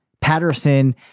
Patterson